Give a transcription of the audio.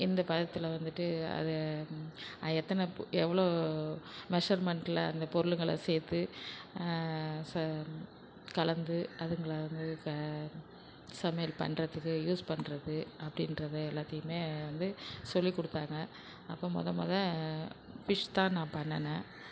எந்த பதத்தில் வந்துவிட்டு அதை எத்தனை பு எவ்வளோ மெஷர்மெண்ட்டில அந்த பொருளுங்களை சேர்த்து ச கலந்து அதுங்களை வந்து சமையல் பண்ணுறதுக்கு யூஸ் பண்ணுறது அப்படின்றத எல்லாத்தையுமே வந்து சொல்லிக் கொடுத்தாங்க அப்போ முத முத ஃபிஷ் தான் நான் பண்ணுனேன்